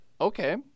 Okay